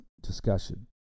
discussion